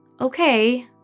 Okay